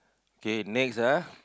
K next ah